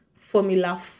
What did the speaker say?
Formula